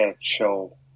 show